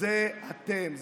וזה אתם,